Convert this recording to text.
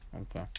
Okay